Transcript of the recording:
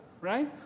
right